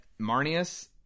Marnius